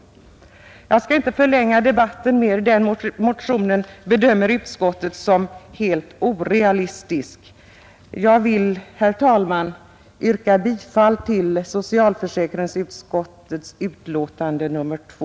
Jag skall inte förlänga debatten. Motionen 707 bedömer utskottet som helt orealistisk. Herr talman! Jag yrkar bifall till socialförsäkringsutskottets hemställan i dess betänkande nr 2.